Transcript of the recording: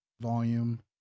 volume